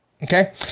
Okay